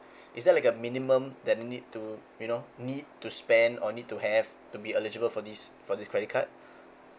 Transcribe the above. is there like a minimum that need to you know need to spend or need to have to be eligible for this for the credit card